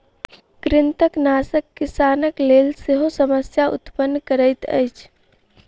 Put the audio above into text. कृंतकनाशक किसानक लेल सेहो समस्या उत्पन्न करैत अछि